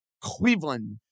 Cleveland